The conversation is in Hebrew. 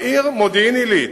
בעיר מודיעין-עילית,